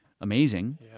amazing